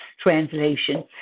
translation